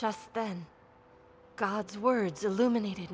just then god's words illuminated